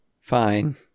Fine